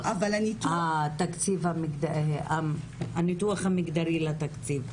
הניתוח המגדרי לתקציב.